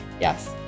Yes